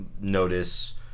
notice